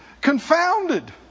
confounded